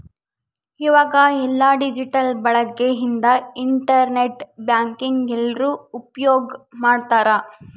ಈವಾಗ ಎಲ್ಲ ಡಿಜಿಟಲ್ ಬಳಕೆ ಇಂದ ಇಂಟರ್ ನೆಟ್ ಬ್ಯಾಂಕಿಂಗ್ ಎಲ್ರೂ ಉಪ್ಯೋಗ್ ಮಾಡ್ತಾರ